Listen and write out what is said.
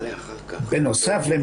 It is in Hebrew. לצערי, רובם לא גרים באזור של קהילה תומכת.